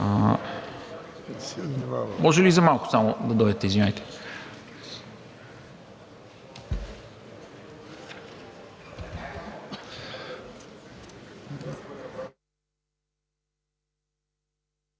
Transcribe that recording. Може ли за малко само да дойдете, извинявайте?